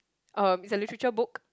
um is a literature book